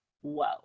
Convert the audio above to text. Whoa